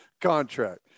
contract